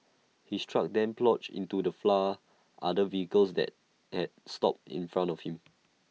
his truck then ploughed into the flour other vehicles that had stopped in front of him